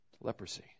Leprosy